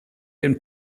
den